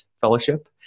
fellowship